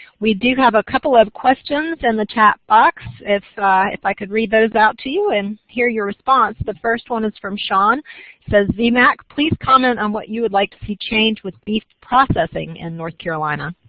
we do have a couple of questions in and the chat box if if i could read those out to you and hear your response. the first one is from shawn. it says, v. mac, please comment on what you would like to see change with beef processing in north carolina.